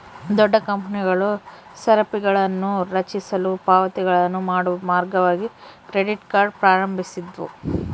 ದೊಡ್ಡ ಕಂಪನಿಗಳು ಸರಪಳಿಗಳನ್ನುರಚಿಸಲು ಪಾವತಿಗಳನ್ನು ಮಾಡುವ ಮಾರ್ಗವಾಗಿ ಕ್ರೆಡಿಟ್ ಕಾರ್ಡ್ ಪ್ರಾರಂಭಿಸಿದ್ವು